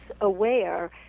aware